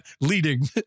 Leading